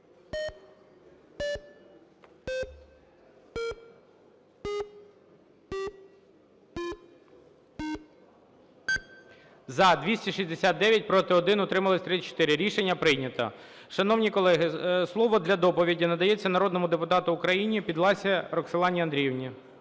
За-269 Проти – 1, утрималися – 34. Рішення прийнято. Шановні колеги, слово для доповіді надається народному депутату України Підласі Роксолані Андріївні.